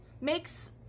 makes